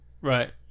Right